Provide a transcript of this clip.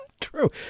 True